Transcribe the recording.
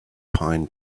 pine